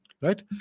Right